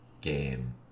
game